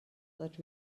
that